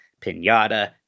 Pinata